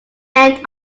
end